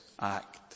act